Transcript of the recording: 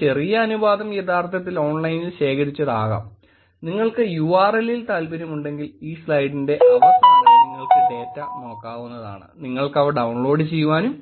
ഒരു ചെറിയ അനുപാതം യഥാർത്ഥത്തിൽ ഓൺലൈനിൽ ശേഖരിച്ചതാകാംനിങ്ങൾക്ക് URL ൽ താൽപ്പര്യമുണ്ടെങ്കിൽ ഈ സ്ലൈഡിന്റെ അവസാനം നിങ്ങൾക്ക് ഡേറ്റ നോക്കാവുന്നതാണ് നിങ്ങൾക്കവ ഡൌൺലോഡ് ചെയ്യുവാനും